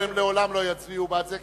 אבל הם לעולם לא יצביעו בעד זה,